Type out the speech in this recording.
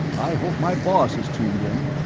i hope my boss is tuned in.